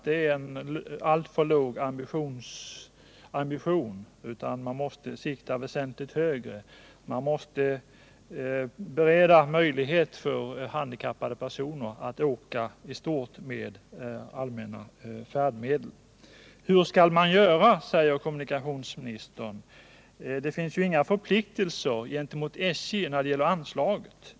Det är en alltför låg ambition. Man måste sikta väsentligt högre och bereda handikappade personer möjligheter att åka med samtliga tåg och bussar. Hur skall man göra, undrar kommunikationsministern, det finns ju inga förpliktelser gentemot SJ när det gäller anslaget.